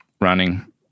running